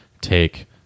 take